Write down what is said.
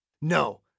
No